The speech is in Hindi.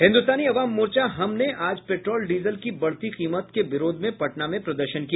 हिन्दुस्तानी अवाम मोर्चा हम ने आज पेट्रोल डीजल की बढ़ती कीमत के विरोध में पटना में प्रदर्शन किया